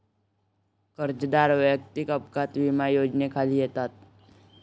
कर्जदार वैयक्तिक अपघात विमा योजनेखाली येतात